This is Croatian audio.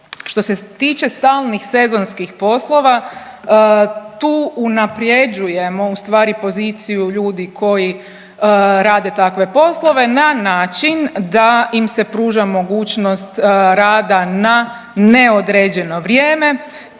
Što se tiče stalnih sezonskih poslova, tu unaprjeđujemo ustvari poziciju ljudi koji rade takve poslove na način da im se pruža mogućnost rada na neodređeno vrijeme